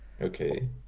okay